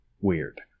weird